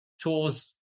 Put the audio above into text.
tools